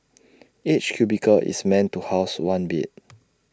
each cubicle is meant to house one bed